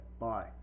bye